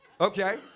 Okay